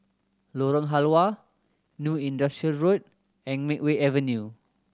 Lorong Halwa New Industrial Road and Makeway Avenue